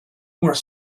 more